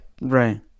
Right